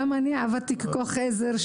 כשסיימתי י"ב ועבדתי ככוח עזר,